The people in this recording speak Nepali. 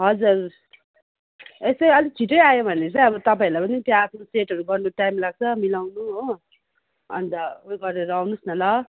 हजर यसै अलिक छिटै आयो भने चाहिँ अब तपाईँहरूलाई पनि त्यहाँ आफ्नो सेटहरू गर्नु टाइम लाग्छ मिलाउनु हो अन्त उयो गरेर आउनुहोस् न ल